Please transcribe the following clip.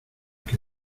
que